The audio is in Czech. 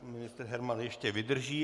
pan ministr Herman ještě vydrží.